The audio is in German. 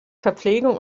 verpflegung